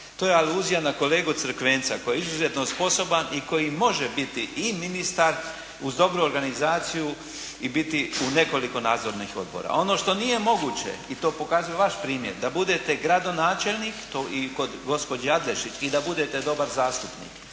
to je aluzija na kolegu Crkvenca, koji je izuzetno sposoban i koji može biti i ministar uz dobru organizaciju i biti u nekoliko nadzornih odbora. Ono što nije moguće i to pokazuje vaš primjer, da budete gradonačelnik, to i kod gospođe Adlešić, i da budete dobar zastupnik.